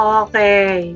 okay